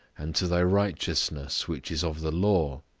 and to thy righteousness which is of the law,